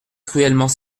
cruellement